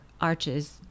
arches